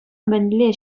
мӗнле